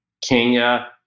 Kenya